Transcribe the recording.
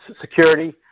security